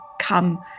come